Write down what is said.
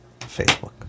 Facebook